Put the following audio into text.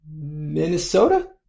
Minnesota